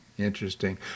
interesting